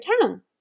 town